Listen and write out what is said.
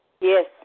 Yes